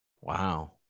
Wow